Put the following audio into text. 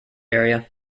area